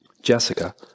Jessica